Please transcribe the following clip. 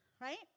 Right